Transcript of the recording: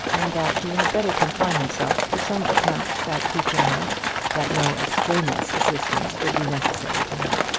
and that he had better confine himself to some attempt at teaching her that no extraneous assistance would be necessary to her.